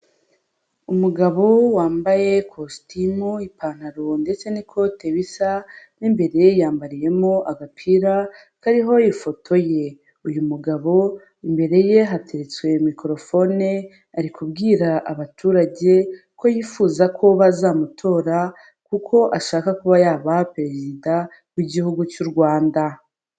Umugabo wambaye ikositimu, ipantaro ndetse n'ikote bisa, mo imbere yambariyemo agapira kariho ifoto ye. Uyu mugabo imbere ye hateretswe mikorofone ari kubwira abaturage ko yifuza ko bazamutora kuko ashaka kuba yaba perezida w'Igihugu cy'u Rwanda.